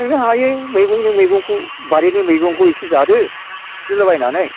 नोङो हायो मैगंनि मैगंखौ बारिनि मैगंखौ इसे जादो सिफ्लेला बायनानै